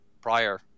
prior